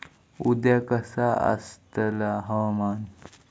उद्या कसा आसतला हवामान?